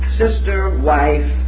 sister-wife